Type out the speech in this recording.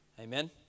Amen